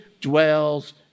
dwells